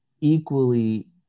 equally